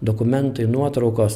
dokumentai nuotraukos